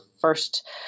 first